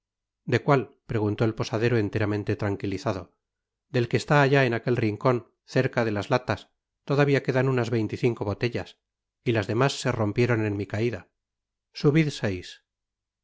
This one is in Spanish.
de cuál preguntó el posadero enteramente tranquilizado rpel que está allá en aquel rincon cerca de las tatas todavia quedan unas veinte y cinco botellas y tas demás se rompieron en mi caida subid